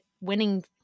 winning